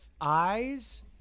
eyes